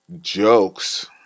jokes